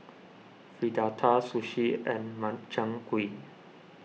Fritada Sushi and Makchang Gui